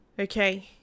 okay